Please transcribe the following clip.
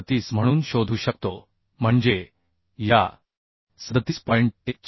147 म्हणून शोधू शकतो म्हणजे 2 या 37